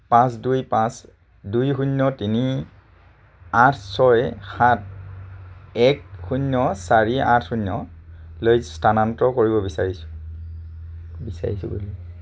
পাঁচ দুই পাঁচ দুই শূন্য তিনি আঠ ছয় সাত এক শূন্য চাৰি আঠ শূন্যলৈ স্থানান্তৰ কৰিব বিচাৰিছোঁ বিচাৰিছোঁ